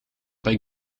bij